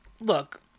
look